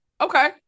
Okay